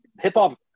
hip-hop